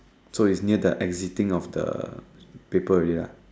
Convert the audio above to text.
so it's near the exiting of the paper already lah